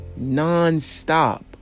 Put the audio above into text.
nonstop